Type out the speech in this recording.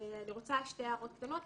אני רוצה שתי הערות קטנות.